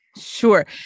Sure